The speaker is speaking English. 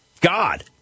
God